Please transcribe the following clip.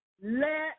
Let